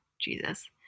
Jesus